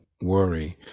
worry